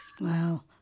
Wow